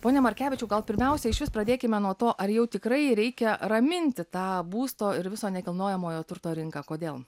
pone markevičiau gal pirmiausia išvis pradėkime nuo to ar jau tikrai reikia raminti tą būsto ir viso nekilnojamojo turto rinką kodėl